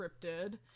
cryptid